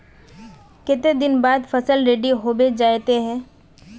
केते दिन बाद फसल रेडी होबे जयते है?